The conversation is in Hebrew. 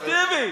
אובייקטיבי,